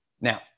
Now